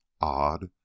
Odd